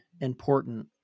important